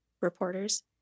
reporters